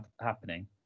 happening